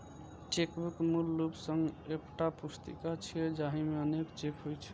chequebook मूल रूप सं एकटा पुस्तिका छियै, जाहि मे अनेक चेक होइ छै